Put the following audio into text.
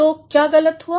तो क्या गलत हुआ